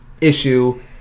issue